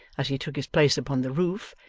as he took his place upon the roof,